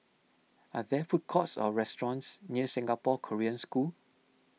are there food courts or restaurants near Singapore Korean School